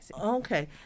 Okay